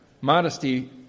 Modesty